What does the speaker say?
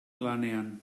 lanean